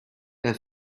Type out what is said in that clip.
wer